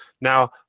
Now